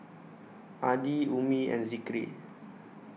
Adi Ummi and Zikri